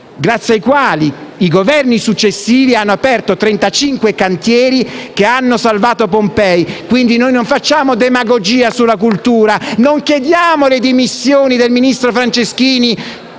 grazie ai quali i Governi successivi hanno aperto 35 cantieri che hanno salvato Pompei. *(Applausi del senatore Floris).* Quindi, noi non facciamo demagogia sulla cultura, non chiediamo le dimissioni del ministro Franceschini